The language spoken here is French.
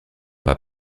pas